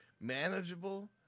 manageable